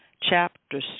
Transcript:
chapter